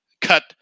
cut